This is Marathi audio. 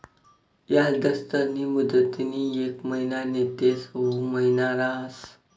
याजदरस्नी मुदतनी येक महिना नैते सऊ महिना रहास